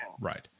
right